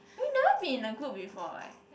we've never been in a group before right